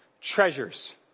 treasures